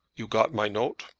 you got my note?